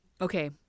Okay